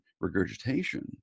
regurgitation